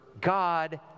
God